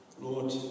Lord